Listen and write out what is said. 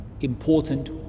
important